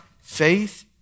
Faith